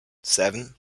seven